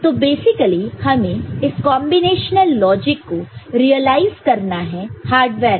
तो बेसिकली हमें इस कॉन्बिनेशनल लॉजिक को रीलाइज़ करना है हार्डवेयर में